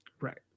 right